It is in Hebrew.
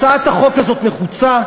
הצעת החוק הזאת נחוצה,